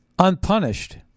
Unpunished